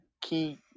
key